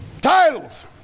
titles